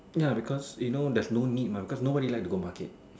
ya because you know there's no need mah because nobody like to go market